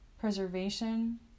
preservation